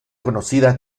conocida